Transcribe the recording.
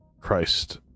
Christ